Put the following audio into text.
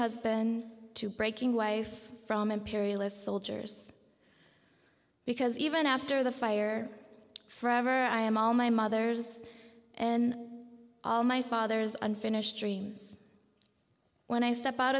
husband to breaking wife from imperialist soldiers because even after the fire for ever i am all my mother's and all my father's unfinished dreams when i step out